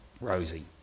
Rosie